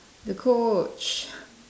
the Coach